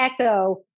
echo